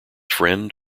friend